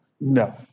No